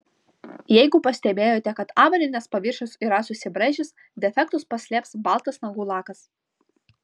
jeigu pastebėjote kad avalynės paviršius yra susibraižęs defektus paslėps baltas nagų lakas